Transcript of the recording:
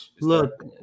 Look